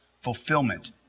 fulfillment